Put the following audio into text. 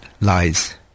lies